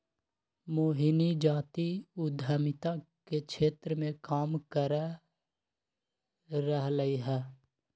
मोहिनी जाति उधमिता के क्षेत्र मे काम कर रहलई ह